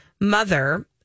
mother